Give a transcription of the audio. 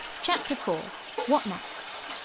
chapter four what next?